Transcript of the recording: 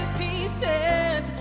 pieces